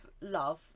love